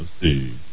see